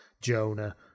Jonah